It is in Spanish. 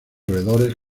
roedores